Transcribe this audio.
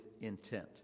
intent